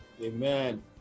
amen